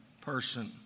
person